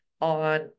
on